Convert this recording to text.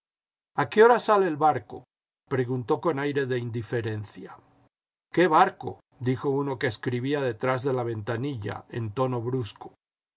a qué hora sale el barco preguntó con aire de indiferencia qué barco dijo uno que escribía detrás de la ventanilla en tono brusco